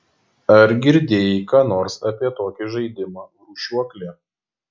ar girdėjai ką nors apie tokį žaidimą rūšiuoklė